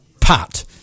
Pat